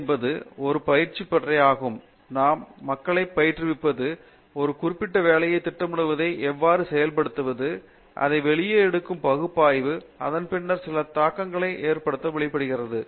D என்பது ஒரு பயிற்சியளிக்கும் இடம் நாம் மக்களை பயிற்றுவிப்பது ஒரு குறிப்பிட்ட வேலையை திட்டமிடுவதை எவ்வாறு செயல்படுத்துவது அதை வெளியே எடுக்கும் பகுப்பாய்வு அதன் பின்னர் சில தர்க்கரீதியான முடிவுகளை வெளிப்படுத்துவது